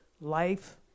life